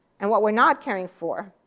and what we're not caring for.